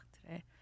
today